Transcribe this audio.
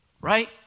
Right